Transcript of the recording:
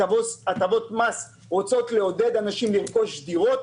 הטבות מס רוצות לעודד אנשים לרכוש דירות.